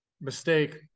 Mistake